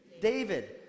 David